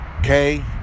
Okay